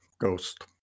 ghost